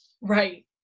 Right